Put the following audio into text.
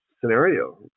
scenario